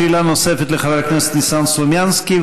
שאלה נוספת לחבר הכנסת ניסן סלומינסקי,